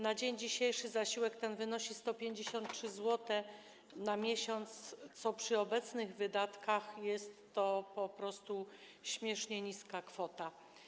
Na dzień dzisiejszy zasiłek ten wynosi 153 zł na miesiąc, co przy obecnych wydatkach jest po prostu śmiesznie niską kwotą.